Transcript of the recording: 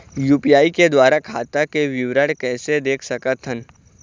UPI के द्वारा खाता के विवरण कैसे देख सकत हन?